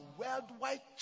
worldwide